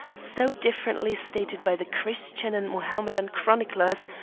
so differently stated by the christian and mohammedan chroniclers,